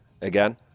again